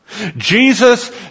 Jesus